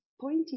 pointy